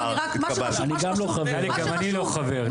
אני גם לא חבר.